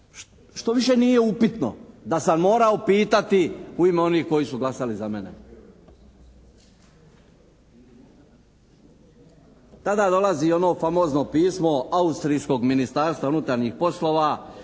što više nije upitno, da sam morao pitati u ime onih koji su glasali za mene. Tada dolazi ono famozno pismo austrijskog ministarstva unutarnjih poslova,